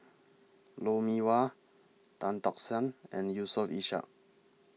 Lou Mee Wah Tan Tock San and Yusof Ishak